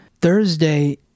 Thursday